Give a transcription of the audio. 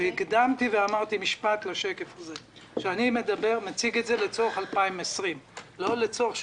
הקדמתי ואמרתי משפט לגבי השקף הזה: אני מציג את זה לצורך 2020,